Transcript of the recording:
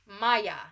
Maya